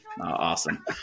awesome